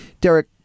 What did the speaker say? Derek